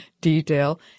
detail